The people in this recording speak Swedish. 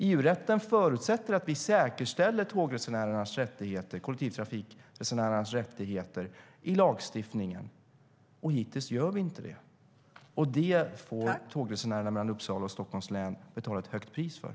EU-rätten förutsätter att vi säkerställer kollektivtrafikresenärernas rättigheter i lagstiftningen, och hittills har vi inte gjort det. Det får tågresenärerna mellan Uppsala och Stockholms län betala ett högt pris för.